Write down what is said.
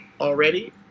already